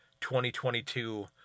2022